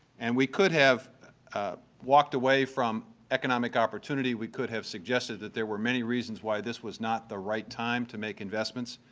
and we could have walked away from economic opportunity. we could have suggested that there were many reasons why this was not the right time to make investments.